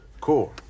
Cool